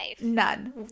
None